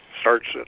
Starts